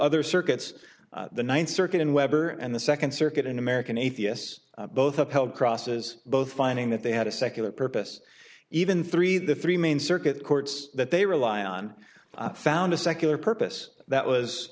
other circuits the ninth circuit in weber and the second circuit in american atheists both upheld crosses both finding that they had a secular purpose even three the three main circuit courts that they rely on found a secular purpose that was